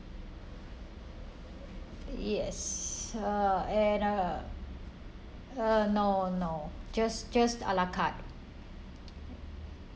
yes uh and uh uh no no just just a la carte